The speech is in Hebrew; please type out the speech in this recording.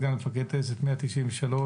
סגן מפקד טייסת 193,